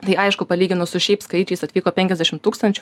tai aišku palyginus su šiaip skaičiais atvyko penkiasdešim tūkstančių